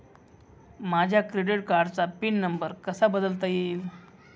माझ्या क्रेडिट कार्डचा PIN number कसा बदलता येईल?